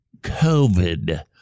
COVID